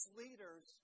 leaders